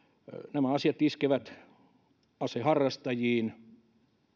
nämä asiat iskevät aseharrastajiin